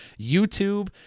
YouTube